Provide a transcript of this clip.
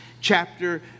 chapter